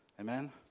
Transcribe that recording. Amen